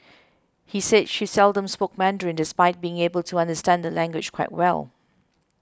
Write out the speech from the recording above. he said she seldom spoke Mandarin despite being able to understand the language quite well